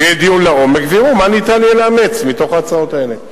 יהיה דיון לעומק ויראו מה ניתן יהיה לאמץ מתוך ההצעות האלה.